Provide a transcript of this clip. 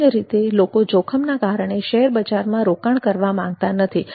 સામાન્ય રીતે લોકો જોખમના કારણે શેરબજારમાં રોકાણ કરવા માંગતા નથી